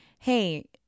Hey